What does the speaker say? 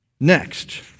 next